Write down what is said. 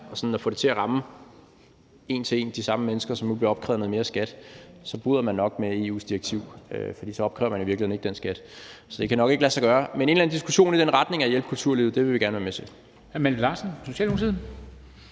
sådan at få det til at ramme de samme mennesker, som nu bliver opkrævet noget mere i skat, en til en; så bryder man nok med EU's direktiv, fordi man jo så i virkeligheden ikke opkræver den skat. Så det kan nok ikke lade sig gøre. Men en eller anden diskussion i retning af at hjælpe kulturlivet vil vi gerne være med til.